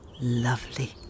Lovely